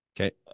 Okay